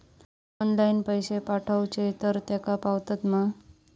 Online पैसे पाठवचे तर तेका पावतत मा?